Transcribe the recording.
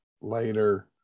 later